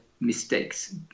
mistakes